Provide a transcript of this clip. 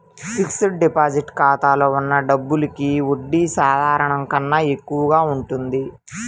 fixed deposit ఖాతాలో ఉన్న డబ్బులకి వడ్డీ సాధారణం కన్నా ఎక్కువగా ఉంటుంది